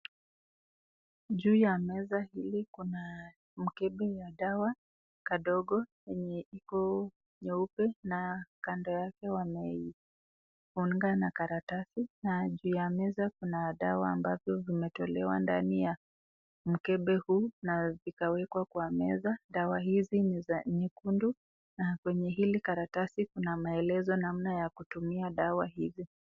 Juu ya meza hili kuna mkebe ya dawa kadogo yenye iko nyeupe na kando yake wameifunga na karatasi, na ju ya meza kuna dawa ambazo zimetolewa ndani mkebe huu na zikaekwa kwa meza. Dawa hizi ni za nyekundu na kwenye hili karatasi kuna maelezo namna ya kutumia dawa hizi.